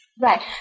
Right